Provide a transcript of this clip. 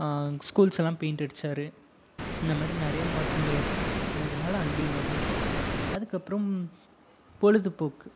ஸ்கூல்ஸெல்லாம் paint அடிச்சார் இந்த மாதிரி நிறையா மாற்றங்கள் ஏற்படுத்துனதுனால் அன்பில் மகேஷ் அதுக்கப்புறம் பொழுதுபோக்கு